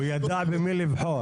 הוא ידע במי לבחור